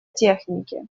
технике